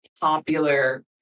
popular